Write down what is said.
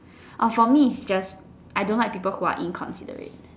orh for me is just I don't like people who are inconsiderate